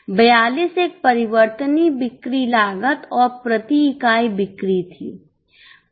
42 एक परिवर्तनीय बिक्री लागत और प्रति इकाई बिक्री थी